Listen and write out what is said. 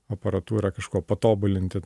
aparatūrą kažkuo patobulinti